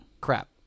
crap